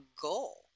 goal